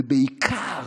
ובעיקר